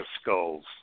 skulls